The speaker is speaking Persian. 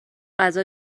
غذا